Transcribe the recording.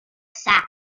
sac